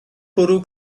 bwrw